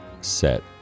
set